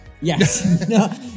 Yes